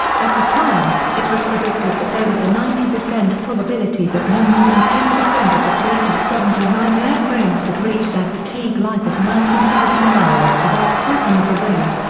at the time, it was predicted that there was a ninety percent probability that no more than ten percent of the fleet of seventy nine airframes would reach their fatigue life of nineteen thousand hours without cracking of the wing.